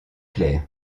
clair